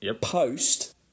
Post